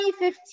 2015